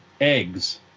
eggs